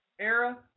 era